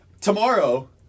Tomorrow